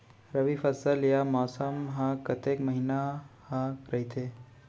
रबि फसल या मौसम हा कतेक महिना हा रहिथे?